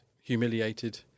humiliated